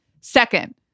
Second